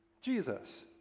Jesus